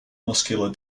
muscular